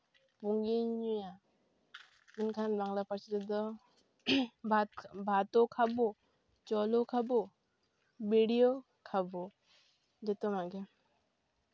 ᱯᱩᱸᱜᱤᱧ ᱧᱩᱭᱟ ᱢᱮᱱᱠᱷᱟᱱ ᱵᱟᱝᱞᱟ ᱯᱟᱹᱨᱥᱤ ᱛᱮᱫᱚ ᱵᱷᱟᱛᱳ ᱠᱷᱟᱵᱳ ᱡᱚᱞᱳᱣ ᱠᱷᱟᱵᱳ ᱵᱤᱲᱤᱭᱳᱣ ᱠᱷᱟᱵᱳ ᱡᱚᱛᱚᱱᱟᱜ ᱜᱮ